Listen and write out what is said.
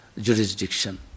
jurisdiction